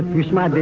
sushma.